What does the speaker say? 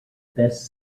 best